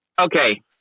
Okay